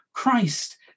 Christ